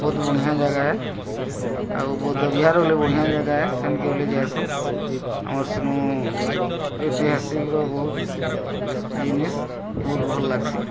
ବହୁତ୍ ବଢ଼ିଆଁ ଜାଗା ହେ ଆଉ ବୌଦ୍ଧବିହାର ବଢ଼ିଆ ଜାଗାଏଁ ସେନ୍ କେ ବୁଲି ଯାଏସନ୍ ଆଉ ସେନୁ ଐତିହାସିକ୍ର ବହୁତ୍ ଜିନିଷ୍ ବହୁତ୍ ଭଲ୍ ଲାଗ୍ସି